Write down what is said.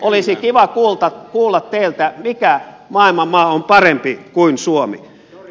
olisi kiva kuulla teiltä mikä maailman maa on parempi kuin suomi